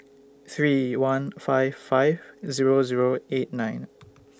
three one five five Zero Zero eight nine